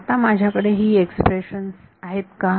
आता माझ्याकडे ही एक्स्प्रेशन्स आहेत का